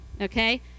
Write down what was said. okay